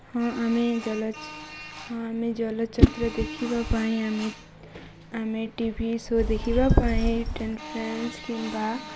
ହଁ ଆମେ ଚଳଚିତ୍ର ହଁ ଆମେ ଚଳଚିତ୍ର ଦେଖିବା ପାଇଁ ଆମେ ଆମେ ଟି ଭି ସୋ ଦେଖିବା ପାଇଁ କିମ୍ବା